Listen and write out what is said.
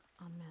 Amen